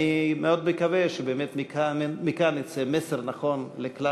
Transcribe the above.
אני מאוד מקווה שמכאן יצא מסר נכון לכלל